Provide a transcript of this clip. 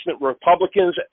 Republicans